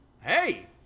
Hey